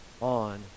on